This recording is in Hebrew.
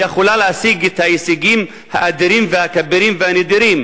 היא יכולה להשיג את ההישגים האדירים והכבירים והנדירים